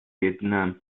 vietnam